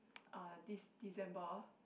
ah De~ December